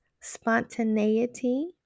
spontaneity